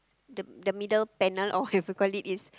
the the middle panel whatever you call is